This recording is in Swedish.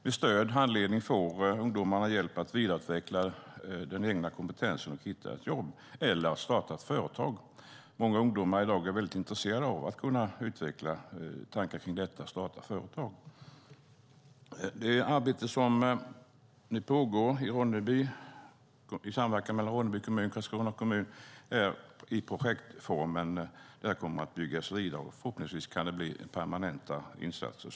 Med stöd och handledning för ungdomar hjälp att vidareutveckla den egna kompetensen och att hitta ett jobb eller att starta ett företag. Många ungdomar i dag är intresserade av att kunna utveckla tankar om att starta företag. Det arbete som nu pågår i Ronneby i samverkan mellan Ronneby och Karlskrona kommuner bedrivs i projektform. Det kommer att byggas vidare på detta, och förhoppningsvis kan det bli permanenta insatser.